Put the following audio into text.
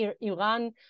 Iran